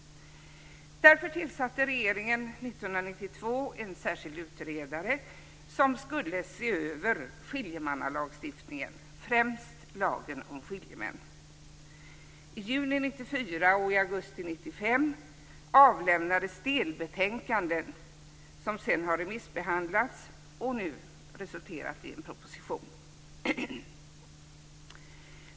Därför tillsatte regeringen 1992 en särskild utredare som skulle se över skiljemannalagstiftningen, främst lagen om skiljemän. I juni 1994 och i augusti 1995 avlämnades delbetänkanden som sedan har remissbehandlats och nu resulterat i en proposition.